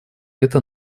это